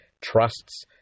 trusts